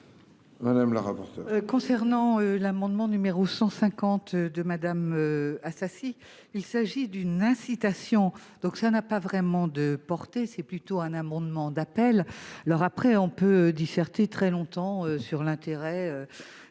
Mme la rapporteure